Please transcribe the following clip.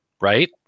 right